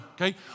okay